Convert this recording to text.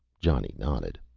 johnny nodded.